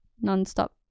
non-stop